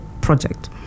project